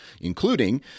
including